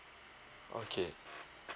okay